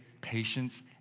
patience